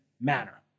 manner